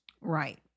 Right